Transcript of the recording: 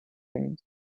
trains